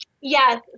Yes